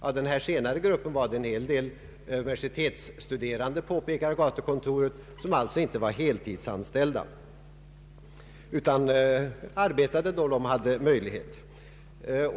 Av den senare gruppen, påpekar gatukontoret, var det en hel del universitetsstuderande, som alltså inte var heltidsanställda utan arbetade då de hade möjlighet därtill.